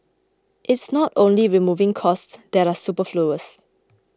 it's not only removing costs that are superfluous